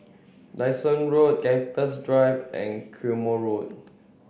Dyson Road Cactus Drive and Quemoy Road